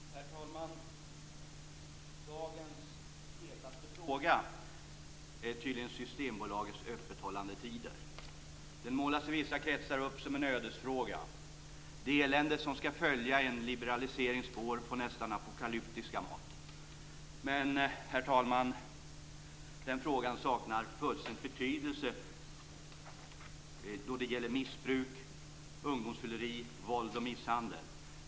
Herr talman! Dagens hetaste fråga är tydligen Systembolagets öppethållandetider. Den målas i vissa kretsar upp som en ödesfråga. Det elände som ska följa i en liberaliserings spår får nästan apokalyptiska mått. Men, herr talman, den frågan saknar fullständigt betydelse då det gäller missbruk, ungdomsfylleri, våld och misshandel.